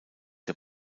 der